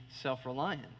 self-reliant